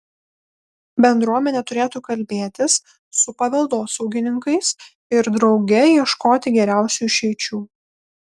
bendruomenė turėtų kalbėtis su paveldosaugininkais ir drauge ieškoti geriausių išeičių